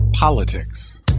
Politics